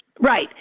Right